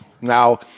Now